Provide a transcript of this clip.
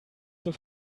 zur